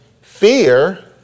fear